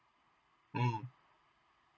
mm